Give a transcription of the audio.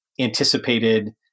anticipated